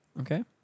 Okay